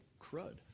crud